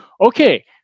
okay